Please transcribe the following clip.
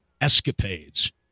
escapades